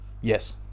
yes